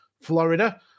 Florida